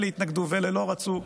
אלה התנגדו ואלה לא רצו.